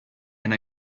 and